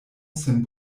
sen